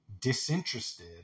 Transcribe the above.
disinterested